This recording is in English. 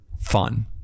fun